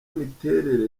imiterere